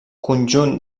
conjunt